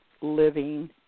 living